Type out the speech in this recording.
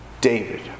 David